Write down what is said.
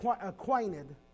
acquainted